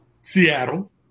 Seattle